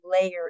layer